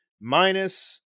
minus